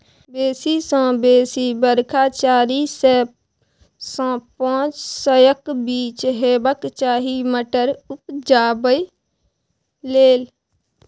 बेसी सँ बेसी बरखा चारि सय सँ पाँच सयक बीच हेबाक चाही मटर उपजाबै लेल